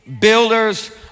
Builders